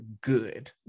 good